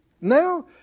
now